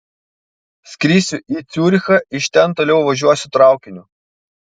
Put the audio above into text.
skrisiu į ciurichą iš ten toliau važiuosiu traukiniu